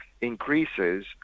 increases